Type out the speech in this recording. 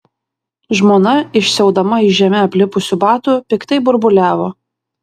žmona išsiaudama iš žeme aplipusių batų piktai burbuliavo